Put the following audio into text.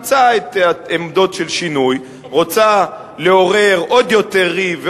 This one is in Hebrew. אימצה את העמדות של שינוי ורוצה לעורר עוד יותר ריב,